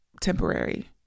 temporary